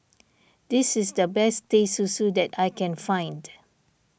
this is the best Teh Susu that I can find